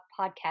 podcast